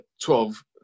twelve